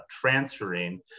transferring